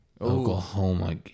Oklahoma